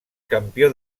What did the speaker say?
campió